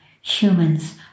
Humans